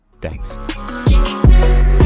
Thanks